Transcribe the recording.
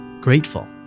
grateful